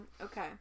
okay